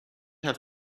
have